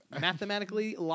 mathematically